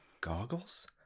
goggles